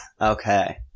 Okay